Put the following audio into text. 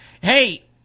hey